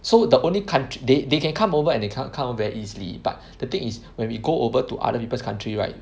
so the only country they they can come over and they can come over very easily but the thing is when we go over to other people's country right